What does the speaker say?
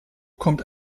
kommt